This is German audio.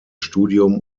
studium